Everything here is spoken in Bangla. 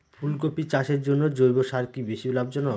ফুলকপি চাষের জন্য জৈব সার কি বেশী লাভজনক?